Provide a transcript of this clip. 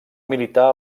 militar